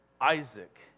Isaac